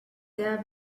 there